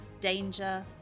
Danger